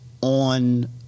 on